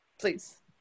Please